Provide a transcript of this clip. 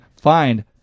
find